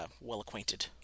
well-acquainted